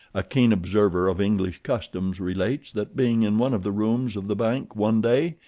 a keen observer of english customs relates that, being in one of the rooms of the bank one day,